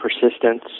persistence